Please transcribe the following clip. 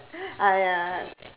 ah ya